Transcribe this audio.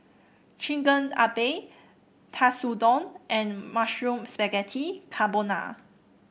Chigenabe Katsudon and Mushroom Spaghetti Carbonara